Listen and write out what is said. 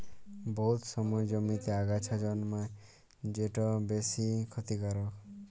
বহুত সময় জমিতে আগাছা জল্মায় যেট বেশ খ্যতিকারক